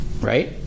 Right